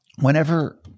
Whenever